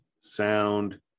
sound